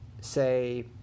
say